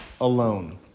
alone